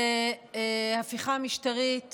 בהפיכה משטרית